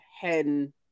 hen